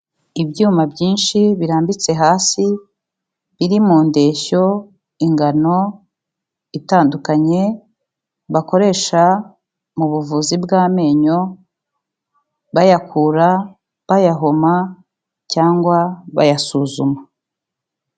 Ibyuma byinshi birambitse hasi biri mu ndeshyo, ingano itandukanye bakoresha mu buvuzi bw'amenyo bayakura, bayahoma cyangwa bayasuzuma.